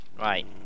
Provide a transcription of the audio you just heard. Right